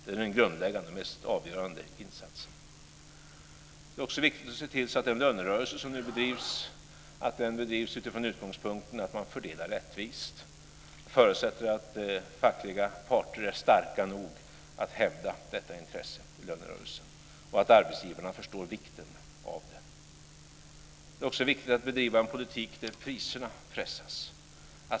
Den är den grundläggande och mest avgörande insatsen. Det är också viktigt att se till att den lönerörelse som nu bedrivs har som utgångspunkt att man fördelar rättvist. Jag förutsätter att de fackliga parterna är starka nog att hävda detta intresse i lönerörelsen och att arbetsgivarna förstår vikten av det. Det är också viktigt att bedriva en politik där priserna pressas.